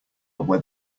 where